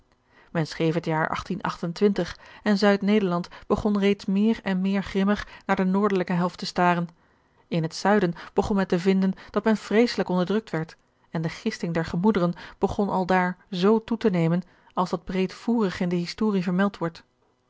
men schreef het jaar en zuid-nederland begon reeds meer en meer grimmig naar de noordelijke helft te staren in het zuiden begon men te vinden dat men vreeselijk onderdrukt werd en de gisting der gemoederen begon aldaar z toe te nemen als dat breedvoerig in de historie vermeld wordt